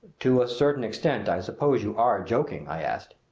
to a certain extent i suppose you are joking? i asked.